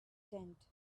tent